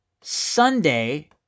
Sunday